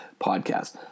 podcast